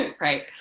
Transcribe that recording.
Right